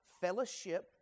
fellowship